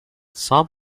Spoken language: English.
some